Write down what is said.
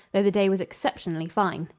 though the day was exceptionally fine.